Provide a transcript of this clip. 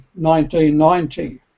1990